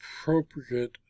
appropriate